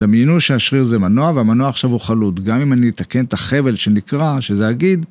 דמיינו שהשריר זה מנוע, והמנוע עכשיו הוא חלוד. גם אם אני אתקן את החבל שנקרע, שזה הגיד.